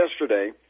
yesterday